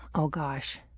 oh, gosh.